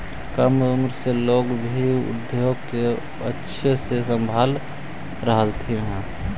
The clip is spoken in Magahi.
कम उम्र से लोग भी उद्योग को अच्छे से संभाल रहलथिन हे